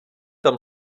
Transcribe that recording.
tam